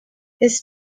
his